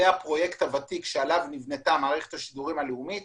הפרויקט הוותיק שעליו נבנתה מערכת השידורים הלאומית.